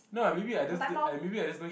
no time lor